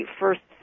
first